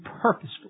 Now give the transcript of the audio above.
purposefully